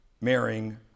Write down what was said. marrying